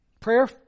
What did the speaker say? Prayer